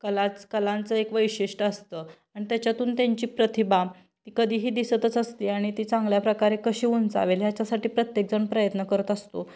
कलाच कलांचं एक वैशिष्ट्य असतं आणि त्याच्यातून त्यांची प्रतिभा ती कधीही दिसतच असते आणि ती चांगल्या प्रकारे कशी उंचावेल ह्याच्यासाठी प्रत्येकजण प्रयत्न करत असतो